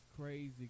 crazy